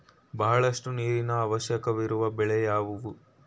ಬಹಳಷ್ಟು ನೀರಿನ ಅವಶ್ಯಕವಿರುವ ಬೆಳೆ ಯಾವುವು?